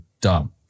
dumb